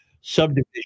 subdivision